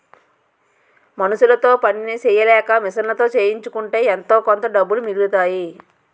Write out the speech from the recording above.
మనుసులతో పని సెయ్యలేక మిషన్లతో చేయించుకుంటే ఎంతోకొంత డబ్బులు మిగులుతాయి